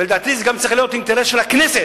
ולדעתי זה גם צריך להיות אינטרס של הכנסת